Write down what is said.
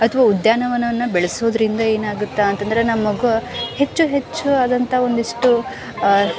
ಅಥ್ವಾ ಉದ್ಯಾನವನವನ್ನು ಬೆಳೆಸೋದರಿಂದ ಏನಾಗುತ್ತಾ ಅಂತಂದ್ರೆ ನಮಗೂ ಹೆಚ್ಚು ಹೆಚ್ಚು ಆದಂಥ ಒಂದಿಷ್ಟು